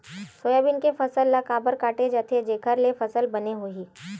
Soybean के फसल ल काबर काटे जाथे जेखर ले फसल बने होही?